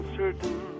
certain